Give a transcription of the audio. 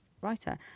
writer